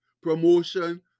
promotion